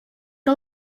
que